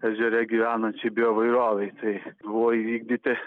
ežere gyvenančiai bioįvairovei tai buvo įvykdyti